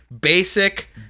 basic